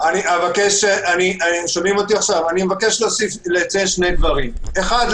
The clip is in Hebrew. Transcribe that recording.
אני מבקש לציין שני דברים: אחת,